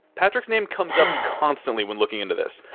patrick's name comes up constantly when looking into this.